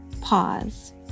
pause